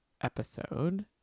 episode